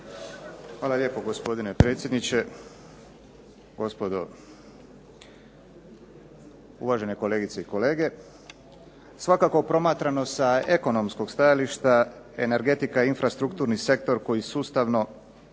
Hvala lijepo, gospodine predsjedniče. Gospodo, uvažene kolegice i kolege. Svakako promatrano sa ekonomskog stajališta energetika i infrastrukturni sektor koji sustavno